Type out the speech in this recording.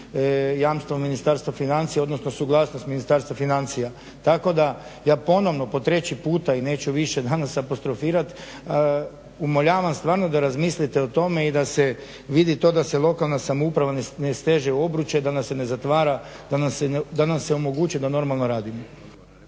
jamstvo Ministarstva financija, odnosno suglasnost Ministarstva financija. Tako da ja ponovno po treći puta i neću više danas apostrofirati umoljavam stvarno da razmislite o tome i da se vidi to da se lokalna samouprava ne steže obruče, da nas ne zatvara, da nam se omogući da normalno radimo.